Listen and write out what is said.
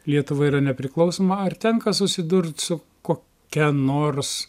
lietuva yra nepriklausoma ar tenka susidurt su kokia nors